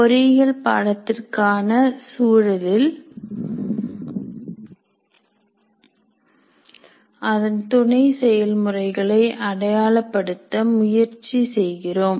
பொறியியல் பாடத்திற்கான சூழலில் அதன் துணை செயல்முறைகளை அடையாளப்படுத்த முயற்சி செய்கிறோம்